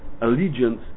allegiance